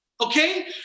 okay